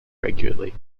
regularly